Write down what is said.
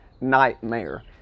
nightmare